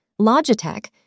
Logitech